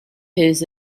his